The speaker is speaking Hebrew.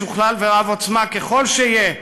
משוכלל ורב-עוצמה ככל שיהיה,